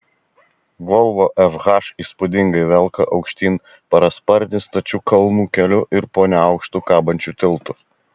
volvo fh įspūdingai velka aukštyn parasparnį stačiu kalnų keliu ir po neaukštu kabančiu tiltu